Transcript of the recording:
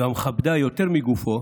והמכבדה יותר מגופו,